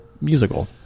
musical